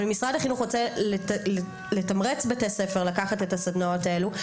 אבל אם משרד החינוך רוצה לתמרץ בתי ספר לקחת את הסדנאות האלו,